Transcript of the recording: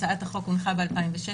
הצעת החוק הונחה ב-2016,